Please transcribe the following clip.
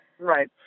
Right